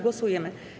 Głosujemy.